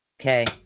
Okay